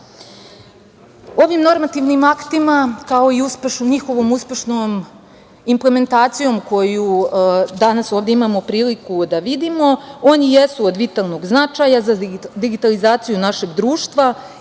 normativni akti, kao i njihovom uspešnom implementacijom koju danas ovde imamo priliku da vidimo, oni jesu od vitalnog značaja za digitalizaciju našeg društva,